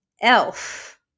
elf